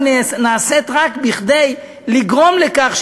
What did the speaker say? רק כדי לגרום לכך,